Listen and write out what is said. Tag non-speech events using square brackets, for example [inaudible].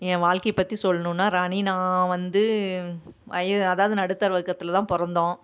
என் வாழ்க்கையை பற்றி சொல்லணுன்னா ராணி நான் வந்து [unintelligible] அதாவது நடுத்தர வர்க்கத்தில் தான் பிறந்தோம்